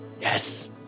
Yes